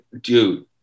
Dude